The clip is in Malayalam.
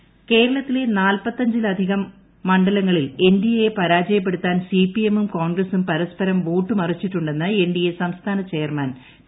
കൃഷ്ണദാസ് കേരളത്തിലെ നാല്പത്തിലധികം മണ്ഡലങ്ങളിൽ എൻഡിഎയെ പരാജയപ്പെടുത്താൻ സിപിഎമ്മും കോൺഗ്രസും പരസ്പരം വോട്ടുമറിച്ചിട്ടുണ്ടെന്ന് എൻഡിഎ സംസ്ഥാന ചെയർമാൻ പി